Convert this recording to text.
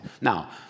Now